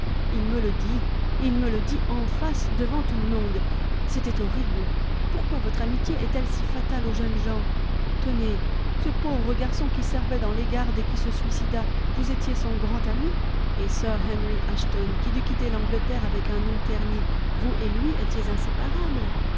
il me le dit il me le dit en face devant tout le monde c'était horrible pourquoi votre amitié est-elle si fatale aux jeunes gens tenez ce pauvre garçon qui servait dans les gardes et qui se suicida vous étiez son grand ami et sir henry ashton qui dut quitter l'angleterre avec un nom terni vous et lui étiez inséparables